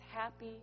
happy